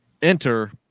Enter